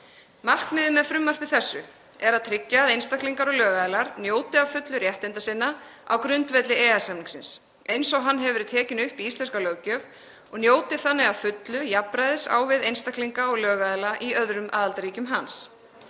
Markmiðið með frumvarpi þessu er að tryggja að einstaklingar og lögaðilar njóti að fullu réttinda sinna á grundvelli EES-samningsins, eins og hann hefur verið tekinn upp í íslenska löggjöf, og njóti þannig að fullu jafnræðis á við einstaklinga og lögaðila í öðrum aðildarríkjum hans.